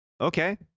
Okay